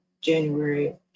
January